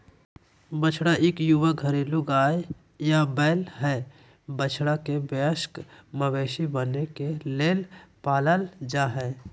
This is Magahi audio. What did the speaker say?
बछड़ा इक युवा घरेलू गाय या बैल हई, बछड़ा के वयस्क मवेशी बने के लेल पालल जा हई